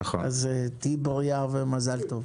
אז תהיה בריאה ומזל טוב.